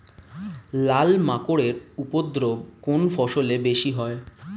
লাল মাকড় এর উপদ্রব কোন ফসলে বেশি হয়?